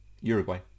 Uruguay